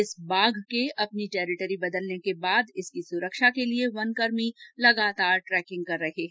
इस बाघ के अपनी टेरीटरी बदलने के बाद इसकी सुरक्षा के लिये वनकर्मी लगातार ट्रेकिंग कर रहे हैं